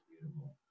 beautiful